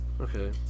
Okay